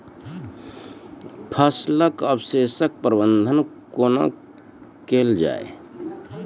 फसलक अवशेषक प्रबंधन कूना केल जाये?